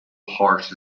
harsh